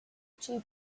too